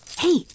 Hey